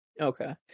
Okay